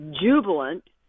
jubilant